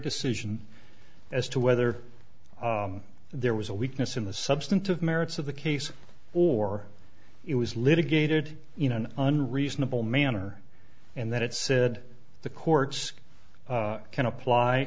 decision as to whether there was a weakness in the substantive merits of the case or it was litigated in an unreasonable manner and that it said the courts can apply